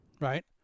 right